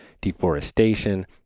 deforestation